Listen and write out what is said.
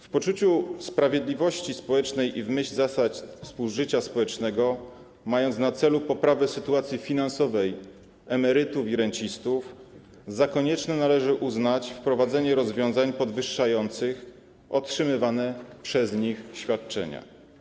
W poczuciu sprawiedliwości społecznej i w myśl zasad współżycia społecznego, mając na celu poprawę sytuacji finansowej emerytów i rencistów, za konieczne należy uznać wprowadzenie rozwiązań podwyższających otrzymywane przez nich świadczenia.